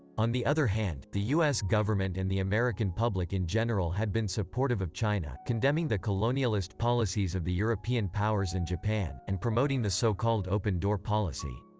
on the other hand, the us government and the american public in general had been supportive of china, condemning the colonialist policies of the european powers and japan, and promoting the so-called open door policy.